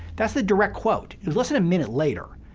that's the direct quote. it's less than a minute later.